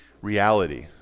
reality